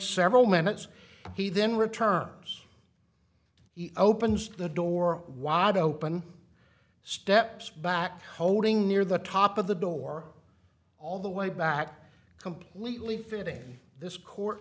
several minutes he then returns he opens the door wide open steps back holding near the top of the door all the way back completely fitting this court